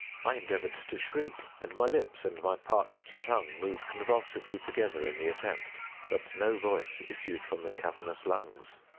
i endeavored to shriek and my lips and my parched tongue moved convulsively together in the attempt but no voice issued from the cavernous lungs,